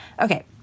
Okay